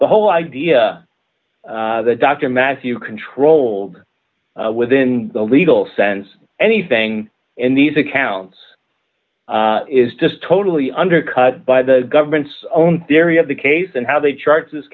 the whole idea that dr matthew controlled within the legal sense anything in these accounts is just totally undercut by the government's own theory of the case and how they charge this